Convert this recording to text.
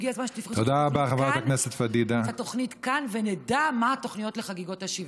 הגיע הזמן שתפרסו את התוכנית כאן ונדע מה התוכניות לחגיגות ה-70.